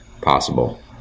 possible